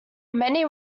many